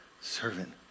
servant